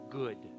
good